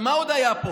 מה עוד היה פה?